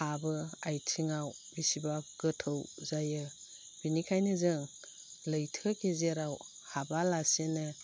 हाबो आथिङाव बिसिबा गोथौ जायो बिनिखायनो जों लैथो गेजेराव हाबा लासेनो